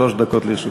שלוש דקות לרשותך.